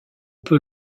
peut